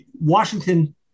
Washington